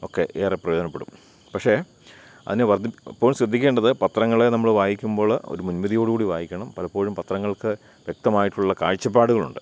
ഒക്കെ ഏറെ പ്രയോജനപ്പെടും പക്ഷേ അതിനെ വർദ്ധിപ്പ് അപ്പോൾ ശ്രദ്ധിക്കേണ്ടത് പത്രങ്ങളെ നമ്മൾ വായിക്കുമ്പോൾ ഒരു മുൻവിധിയോടുകൂടി വായിക്കണം പലപ്പോഴും പത്രങ്ങൾക്ക് വ്യക്തമായിട്ടുള്ള കാഴ്ചപ്പാടുകളു ണ്ട്